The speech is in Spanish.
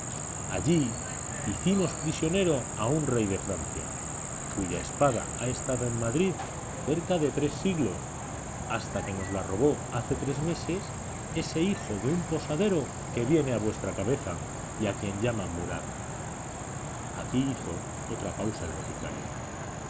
allí hicimos prisionero a un rey de francia cuya espada ha estado en madrid cerca de tres siglos hasta que nos la robó hace tres meses ese hijo de un posadero que viene a vuestra cabeza y a quien llaman murat aquí hizo otra pausa el boticario